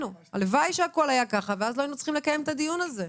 הלוואי שהכול היה ככה ואז לא היינו צריכים לקיים את הדיון הזה.